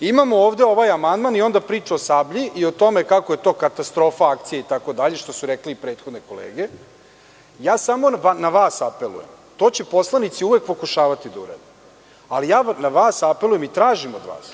imamo ovde ovaj amandman, a onda kreće priča o „Sablji“ i o tome kako je to katastrofa akcija, što su rekle i prethodne kolege, samo na vas apelujem, to će poslanici uvek pokušavati da urade. Na vas apelujem i tražim od vas